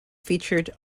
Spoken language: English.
featured